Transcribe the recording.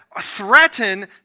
threaten